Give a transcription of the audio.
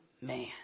man